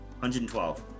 112